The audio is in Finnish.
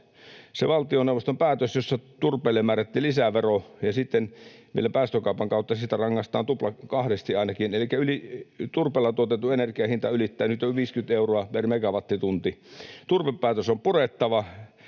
Valtioneuvoston päätöksellä turpeelle määrättiin lisävero, ja sitten vielä päästökaupan kautta siitä rangaistaan ainakin kahdesti, elikkä turpeella tuotetun energian hinta ylittää nyt jo 50 euroa per megawattitunti. Turvepäätös on purettava,